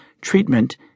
treatment